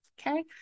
okay